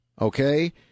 okay